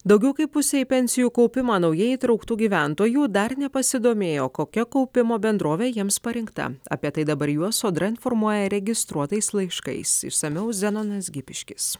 daugiau kaip pusė į pensijų kaupimą naujai įtrauktų gyventojų dar nepasidomėjo kokia kaupimo bendrovė jiems parinkta apie tai dabar juos sodra informuoja registruotais laiškais išsamiau zenonas gipiškis